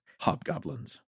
Hobgoblins